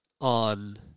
on